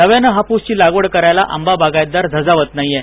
नव्याने हापूसची लागवड करायला आंबा बागायतदार धजावत नाहीये